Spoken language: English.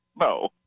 No